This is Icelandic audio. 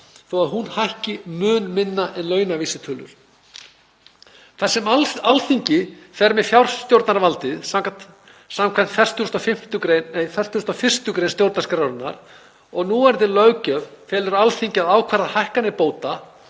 þó að hún hækki mun minna en launavísitölur. Þar sem Alþingi fer með fjárstjórnarvaldið, samkvæmt 41. gr. stjórnarskrárinnar, og núverandi löggjöf felur Alþingi að ákvarða hækkanir bóta,